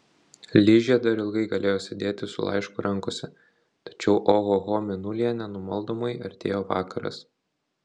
ližė dar ilgai galėjo sėdėti su laišku rankose tačiau ohoho mėnulyje nenumaldomai artėjo vakaras